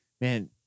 man